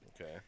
Okay